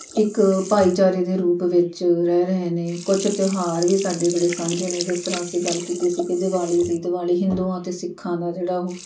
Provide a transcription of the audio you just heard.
ਇੱਕ ਭਾਈਚਾਰੇ ਦੇ ਰੂਪ ਵਿੱਚ ਰਹਿ ਰਹੇ ਨੇ ਕੁਛ ਤਿਉਹਾਰ ਵੀ ਸਾਡੇ ਬੜੇ ਸਾਂਝੇ ਨੇ ਜਿਸ ਤਰ੍ਹਾਂ ਅਸੀਂ ਗੱਲ ਕੀਤੀ ਸੀ ਕਿ ਦਿਵਾਲੀ ਦੀ ਦਿਵਾਲੀ ਹਿੰਦੂਆਂ ਅਤੇ ਸਿੱਖਾਂ ਦਾ ਜਿਹੜਾ ਉਹ